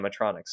animatronics